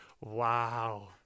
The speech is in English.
Wow